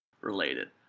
related